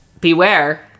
Beware